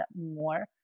more